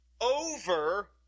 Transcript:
over